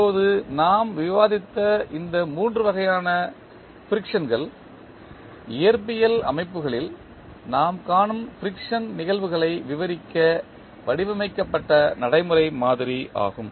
இப்போது நாம் விவாதித்த இந்த மூன்று வகையான ஃபிரிக்சன்கள் இயற்பியல் அமைப்புகளில் நாம் காணும் ஃபிரிக்சன் நிகழ்வுகளை விவரிக்க வடிவமைக்கப்பட்ட நடைமுறை மாதிரி ஆகும்